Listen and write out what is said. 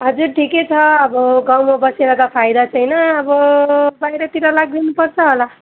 हजुर ठिकै छ अब गाउँमा बसेर त फाइदा छैन अब बाहिरतिर लागिदिनुपर्छ होला